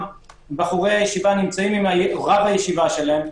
בחורי ישיבה נמצאים עם רב הישיבה שלהם,